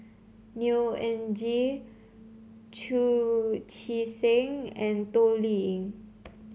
Neo Anngee Chu Chee Seng and Toh Liying